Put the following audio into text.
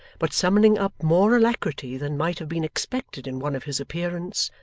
but summoning up more alacrity than might have been expected in one of his appearance,